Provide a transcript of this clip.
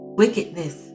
wickedness